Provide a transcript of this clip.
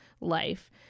life